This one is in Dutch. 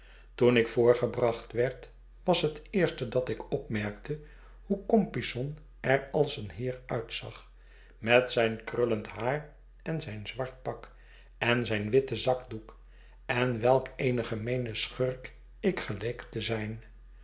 toen ik voorgebracht werd was het eerste dat ik opmerkte hoe compeyson er als een heer uitzag met zijn krullend haar en zijn zwart pak en zijn witten zakdoek en welk een gemeene schurk ik geleek te zijn